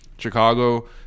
Chicago